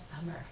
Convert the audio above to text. summer